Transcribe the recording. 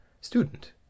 student